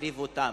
והחריב אותם.